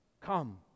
come